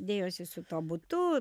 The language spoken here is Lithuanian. dėjosi su tuo butu